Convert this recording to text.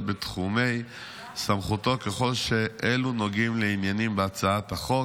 בתחומי סמכותו ככול שאלו נוגעים לעניינים בהצעת החוק.